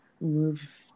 move